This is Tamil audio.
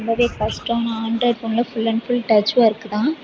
ரொம்ப கஷ்டமாக ஆண்ட்ராய்ட் ஃபோனில் full and full touch work தான்